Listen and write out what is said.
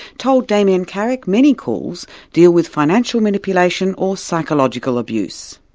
told damien carrick many calls deal with financial manipulation or psychological abuse.